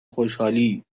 خوشحالییییی